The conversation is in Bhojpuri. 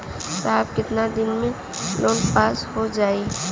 साहब कितना दिन में लोन पास हो जाई?